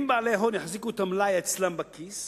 אם בעלי הון יחזיקו את המלאי אצלם בכיס,